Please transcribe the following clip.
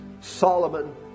Solomon